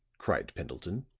cried pendleton.